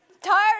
Tired